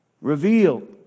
reveal